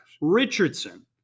Richardson